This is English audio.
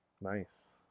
Nice